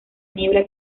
niebla